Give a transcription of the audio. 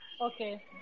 Okay